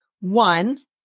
One